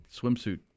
swimsuit